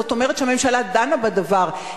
זאת אומרת שהממשלה דנה בדבר.